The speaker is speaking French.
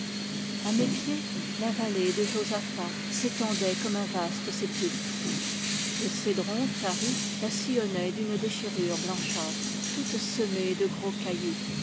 a mes pieds la vallée de josaphat s'étendait comme un vaste sépulcre le cédron tari la sillonnait d'une déchirure blanchâtre toute semée de gros cailloux